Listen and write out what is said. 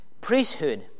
priesthood